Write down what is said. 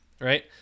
right